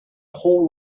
whole